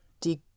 Die